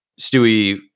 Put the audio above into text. Stewie